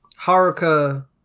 Haruka